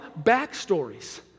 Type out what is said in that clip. backstories